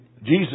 Jesus